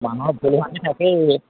মানুহৰ ভুল ভ্ৰান্তি থাকেই